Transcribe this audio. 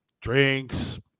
drinks